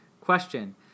Question